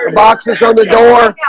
ah boxes on the door.